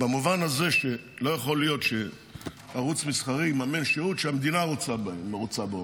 במובן הזה שלא יכול להיות שערוץ מסחרי יממן שירות שהמדינה רוצה בו.